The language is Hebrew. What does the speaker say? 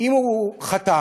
אם הוא חטא,